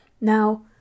Now